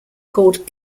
called